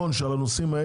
ובהול